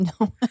no